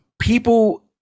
people